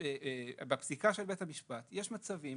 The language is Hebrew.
בפסיקה של בית המשפט יש מצבים,